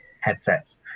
headsets